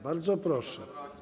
Bardzo proszę.